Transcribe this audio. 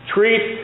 Treat